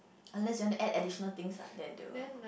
unless you want to add additional things lah then they will